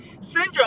Syndrome